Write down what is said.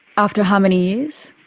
after how many years?